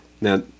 Now